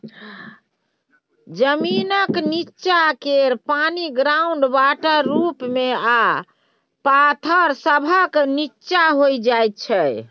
जमीनक नींच्चाँ केर पानि ग्राउंड वाटर रुप मे आ पाथर सभक नींच्चाँ होइ छै